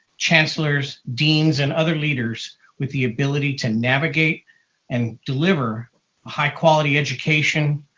chancellors, deans and other leaders with the ability to navigate and deliver high quality education,